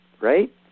right